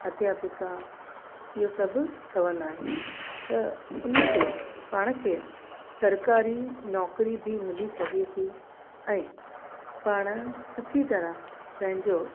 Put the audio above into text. अध्यापिका इहो सभु ठहंदा आहियूं त उनते पाण खे सरकारी नौकिरी बि मिली सघे थी ऐं पाण सुठी तरह पंहिंजो